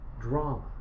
drama